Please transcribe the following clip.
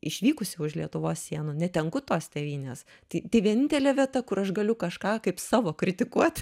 išvykusi už lietuvos sienų netenku tos tėvynės tai tai vienintelė vieta kur aš galiu kažką kaip savo kritikuot